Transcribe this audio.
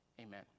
amen